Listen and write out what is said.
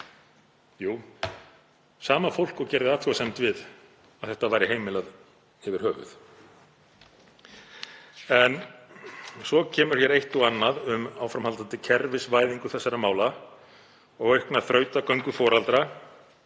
Jú, sama fólk og gerði athugasemd við að þetta væri heimilað yfir höfuð. Svo kemur hér eitt og annað um áframhaldandi kerfisvæðingu þessara mála og aukna þrautagöngu foreldra